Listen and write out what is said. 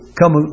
come